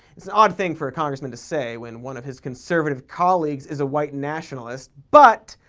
it's an odd thing for a congressman to say when one of his conservative colleagues is a white nationalist, but.